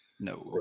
No